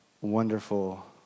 wonderful